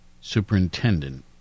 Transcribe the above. superintendent